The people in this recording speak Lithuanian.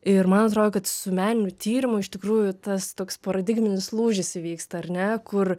ir man atrodo kad su meniniu tyrimu iš tikrųjų tas toks paradigminis lūžis įvyksta ar ne kur